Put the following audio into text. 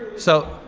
so